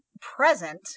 present